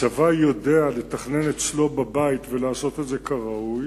הצבא יודע לתכנן אצלו בבית ולעשות את זה כראוי,